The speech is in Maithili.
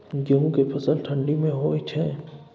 गेहूं के फसल ठंडी मे होय छै?